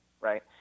Right